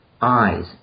eyes